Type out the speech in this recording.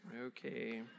Okay